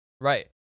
right